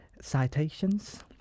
citations